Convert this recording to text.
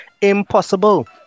impossible